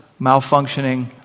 malfunctioning